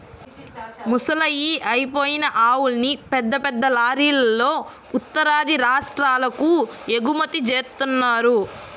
ముసలయ్యి అయిపోయిన ఆవుల్ని పెద్ద పెద్ద లారీలల్లో ఉత్తరాది రాష్ట్రాలకు ఎగుమతి జేత్తన్నారు